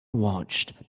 watched